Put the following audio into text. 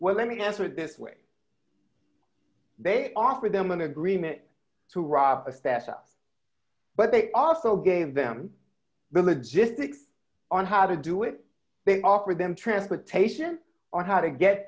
well let me answer this way they offer them an agreement to rob a fess up but they also gave them the logistics on how to do it they offered them transportation on how to get